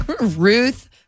Ruth